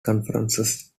conferences